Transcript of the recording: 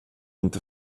inte